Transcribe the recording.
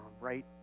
right